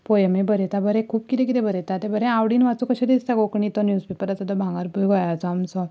पोयमी बरयता बरें खूब कितें कितें बरयता तें बरें आवडीन वाचूं कशें दिसता कोंकणी जो न्यूजपेपर आसा तो भांगरभूंय गोंयाचो आमचो